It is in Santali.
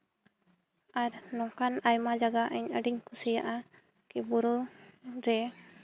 ᱟᱨ ᱱᱚᱝᱠᱟᱱ ᱟᱭᱢᱟ ᱡᱟᱭᱜᱟ ᱤᱧ ᱟᱹᱰᱤᱧ ᱠᱩᱥᱤᱭᱟᱜᱼᱟ ᱠᱤ ᱵᱩᱨᱩ ᱨᱮ